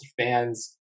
fans